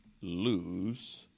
lose